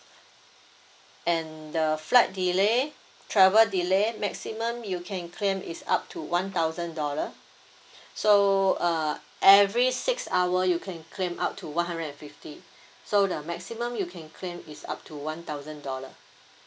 and the flight delay travel delay maximum you can claim is up to one thousand dollar so uh every six hour you can claim up to one hundred fifty so the maximum you can claim is up to one thousand dollar